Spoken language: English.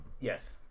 Yes